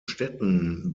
städten